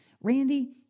Randy